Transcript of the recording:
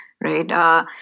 right